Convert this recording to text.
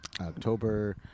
October